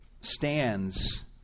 stands